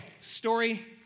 story